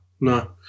no